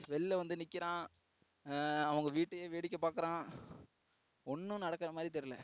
வெளில வந்து நிற்கிறான் அவங்க வீட்டையே வேடிக்கை பார்க்குறான் ஒன்றும் நடக்குறமாதிரி தெரில